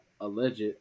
alleged